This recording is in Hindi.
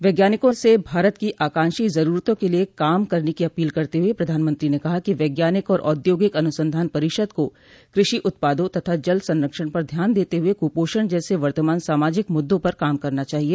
वैज्ञानिकों से भारत की आकांक्षी जरूरतों के लिए काम करने की अपील करते हुए प्रधानमंत्री ने कहा कि वैज्ञानिक और औद्योगिक अनुसंधान परिषद को कृषि उत्पादों तथा जल संरक्षण पर ध्यान देते हुए कुपोषण जैसे वर्तमान सामाजिक मुद्दों पर काम करना चाहिए